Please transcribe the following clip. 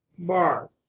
Bar